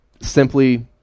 simply